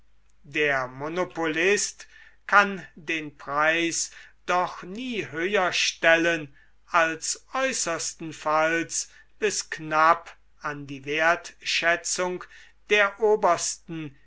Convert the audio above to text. der monopolist kann den preis doch nie höher stellen als äußerstenfalls bis knapp an die wertschätzung der obersten